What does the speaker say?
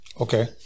Okay